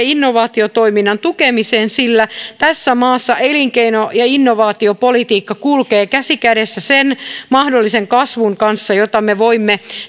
innovaatiotoiminnan tukemiseen sillä tässä maassa elinkeino ja innovaatiopolitiikka kulkee käsi kädessä sen mahdollisen kasvun kanssa jota me voimme